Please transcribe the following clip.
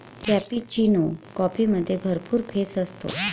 cappuccino कॉफीमध्ये भरपूर फेस असतो